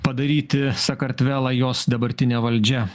padaryti sakartvelą jos dabartinė valdžia